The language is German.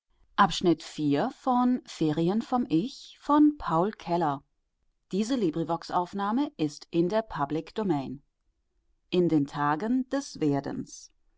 schön sein in den tagen des werdens